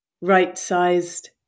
right-sized